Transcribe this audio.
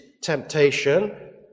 temptation